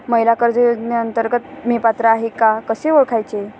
महिला कर्ज योजनेअंतर्गत मी पात्र आहे का कसे ओळखायचे?